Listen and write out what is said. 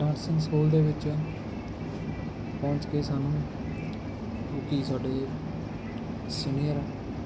dancing school ਦੇ ਵਿੱਚ ਪਹੁੰਚ ਕੇ ਸਾਨੂੰ ਕਿਉਂਕਿ ਸਾਡੇ ਸੀਨੀਅਰ